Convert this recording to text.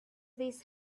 this